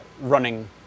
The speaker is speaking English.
running